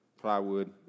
plywood